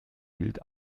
bild